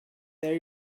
there